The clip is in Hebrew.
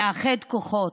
לאחד כוחות,